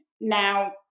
now